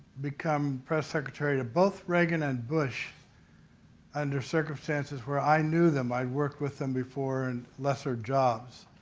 become press secretary to both reagan and bush under circumstances where i knew them. i worked with them before in lesser jobs.